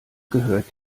gehört